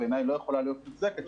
שבעיניי לא יכולה להיות מוצדקת,